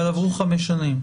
אבל עברו חמש שנים.